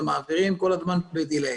הם מעבירים כל הזמן בדיליי.